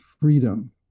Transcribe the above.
freedom